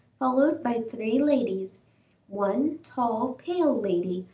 followed by three ladies one tall, pale lady,